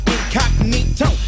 Incognito